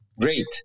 Great